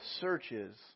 searches